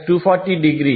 5 j0